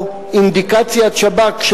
או אינדיקציית שב"כ,